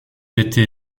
été